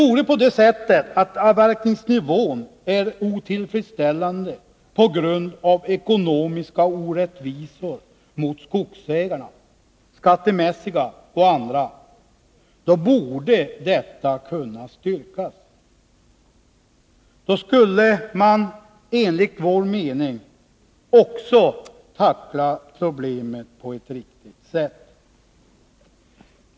Om avverkningsnivån är otillfredsställande på grund av ekonomiska orättvisor mot skogsägarna — skattemässiga och andra — borde detta kunna styrkas. Då skulle man också enligt vår mening tackla problemet på ett riktigt sätt.